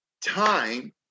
time